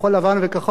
לבן וכחול,